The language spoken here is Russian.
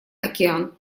океан